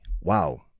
wow